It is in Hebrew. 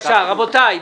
רבותי,